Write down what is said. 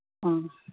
ꯎꯝ